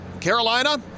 Carolina